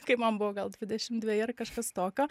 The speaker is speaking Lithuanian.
kai man buvo gal dvidešim dveji ar kažkas tokio